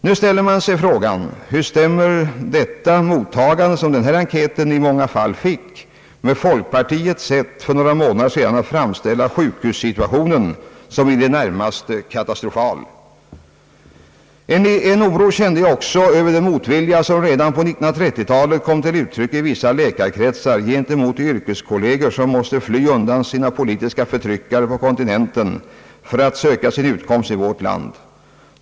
Nu ställer man sig frågan: Hur stämmer det mottagande som denna enkät i många fall fick med folkpartiets sätt att för några månader sedan: — framställa — sjukhussituationen som närmast katastrofal? En oro kände jag också över den motvilja som redan på 1930-talet kom till uttryck i vissa läkarkretsar gentemot de yrkeskolleger som måste fly undan sina politiska förtryckare på kontinenten för att söka sin utkomst i vårt land.